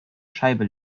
scheibe